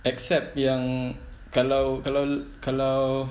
except yang kalau kalau kalau